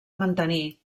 mantenir